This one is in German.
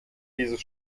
dieses